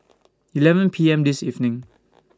eleven P M This evening